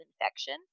infection